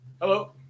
Hello